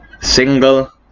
Single